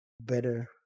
better